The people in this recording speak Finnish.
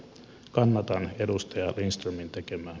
kannatan edustaja lindströmin tekemää